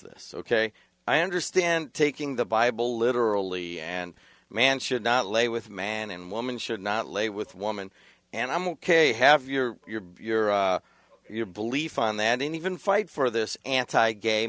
this ok i understand taking the bible literally and man should not lay with man and woman should not lay with woman and i'm ok have your your your belief and then even fight for this anti gay